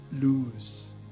lose